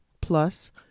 plus